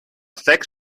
sechs